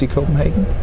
Copenhagen